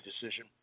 decision